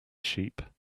sheep